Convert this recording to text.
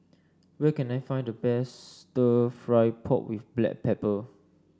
where can I find the best stir fry pork with Black Pepper